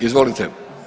Izvolite.